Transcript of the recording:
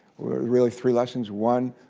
really three lessons. one,